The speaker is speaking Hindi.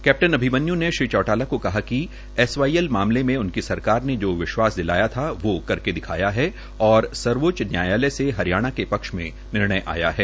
कैप्टन े अभिमन्यू ने श्री चौटाला को कहा कि एसवाईएल मामले में उनकी सरकार ने जो विश्वास दिलाया वो करके दिखाया है और सर्वोच्च न्यायालय से हरियाणा के पक्ष में निर्णय आया है